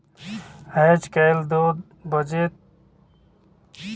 आएज काएल दो बचेत कर भावना ल लेके गाँव गाँव मन में महिला मन घलो स्व सहायता समूह बनाइन अहें